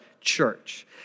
church